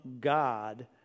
God